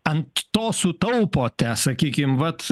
ant to sutaupote sakykim vat